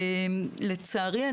לצערי,